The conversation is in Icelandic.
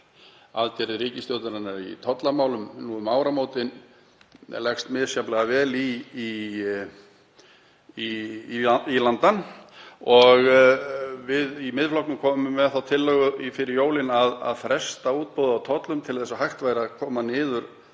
aðgerðir ríkisstjórnarinnar í tollamálum nú um áramótin leggist misjafnlega vel í landann. Við í Miðflokknum komum með þá tillögu fyrir jólin að fresta útboði á tollum til þess að hægt væri að taka niður